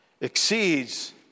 exceeds